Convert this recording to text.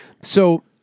So-